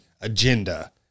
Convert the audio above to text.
agenda